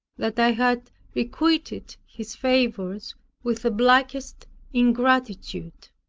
that i had requited his favors with the blackest ingratitude